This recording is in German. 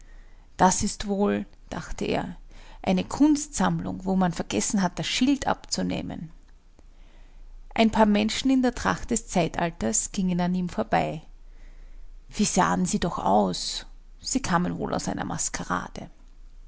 das ist wohl dachte er eine kunstsammlung wo man vergessen hat das schild abzunehmen ein paar menschen in der tracht des zeitalters gingen an ihm vorbei wie sahen sie doch aus sie kamen wohl aus einer maskerade